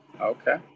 Okay